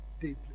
deeply